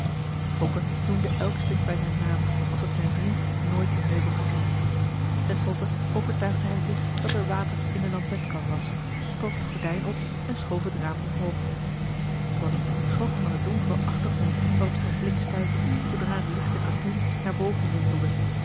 fokke noemde elk stuk bij zijn naam als had zijn vriend nooit een meubel gezien ten slotte overtuigde marcellus emants een drietal novellen hij zich dat er water in de lampetkan was trok het gordijn op en schoof het raam omhoog tonie schrok van den donkeren achtergrond waarop zijn blik stuitte zoodra het lichte katoen naar boven rimpelde